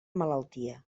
malaltia